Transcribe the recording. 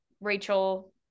Rachel